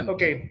Okay